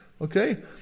okay